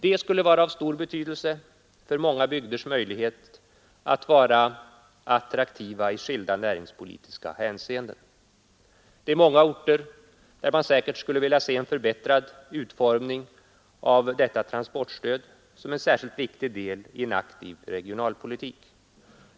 Det skulle vara av stor betydelse för många bygders möjlighet att vara attraktiva i skilda näringspolitiska hänseenden. Det finns många orter där man säkert skulle vilja se en förbättrad utformning av detta transportstöd som en särskilt viktig del av en aktiv regionalpolitik.